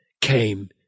came